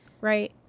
right